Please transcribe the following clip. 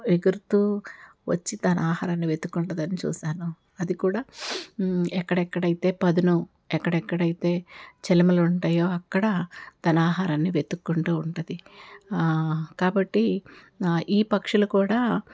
వచ్చి తన ఆహారాన్ని వెతుక్కుంటుందని చూసాను అది కూడా ఎక్కడెక్కడ అయితే పదును ఎక్కడెక్కడ అయితే చలమలు ఉంటాయో అక్కడ తన ఆహారాన్ని వెతుక్కుంటూ ఉంటుంది కాబట్టి ఈ పక్షులు కూడా